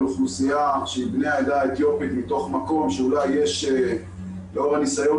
אוכלוסייה שהיא בני האתיופית מתוך מקום שאולי יש לאור הניסיון